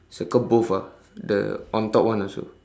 circle both ah the on top one also